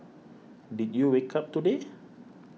did you wake up today